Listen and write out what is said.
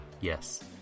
Yes